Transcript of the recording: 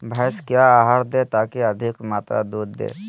भैंस क्या आहार दे ताकि अधिक मात्रा दूध दे?